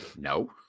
No